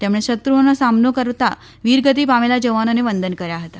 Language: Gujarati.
તેમણે શત્રુઓના સામનો કરતા વિર ગતી પામેલા જવાનોને વંદન કર્યા હતા